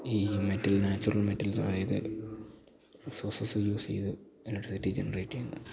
ഈ metal natural metals അതായത് resources use ചെയ്ത് എലക്ട്രിസിറ്റി ജനറേറ്റ് ചെയ്യുന്ന